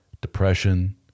depression